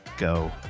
go